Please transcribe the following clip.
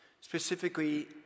specifically